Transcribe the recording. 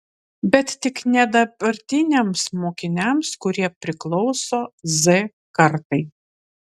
bet tik ne dabartiniams mokiniams kurie priklauso z kartai